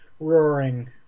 roaring